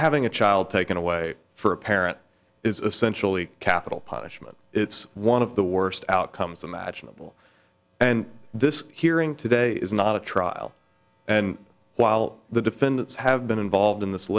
having a child taken away for a parent is essential in capital punishment it's one of the worst outcomes imaginable and this hearing today is not a trial and while the defendants have been involved in this